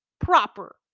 proper